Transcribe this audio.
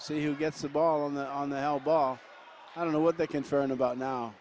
so you get the ball on the on the album i don't know what they're concerned about now